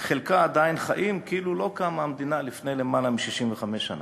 חלקם עדיין חיים כאילו לא קמה המדינה לפני למעלה מ-65 שנה.